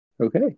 Okay